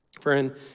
Friend